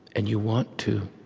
and you want to,